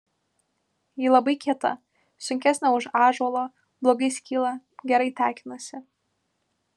ji labai kieta sunkesnė už ąžuolo blogai skyla gerai tekinasi